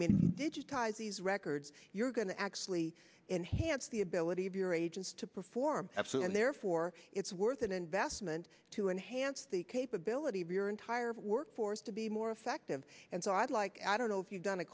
guys these records you're going to actually enhance the ability of your agents to perform and therefore it's worth an investment to enhance the capability of your entire workforce to be more effective and so i'd like i don't know if you've done a